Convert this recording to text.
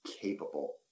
capable